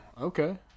okay